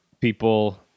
people